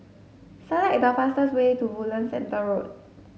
select the fastest way to Woodlands Centre Road